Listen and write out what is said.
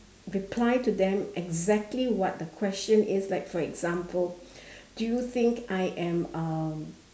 reply to them exactly what the question is like for example do you think I am um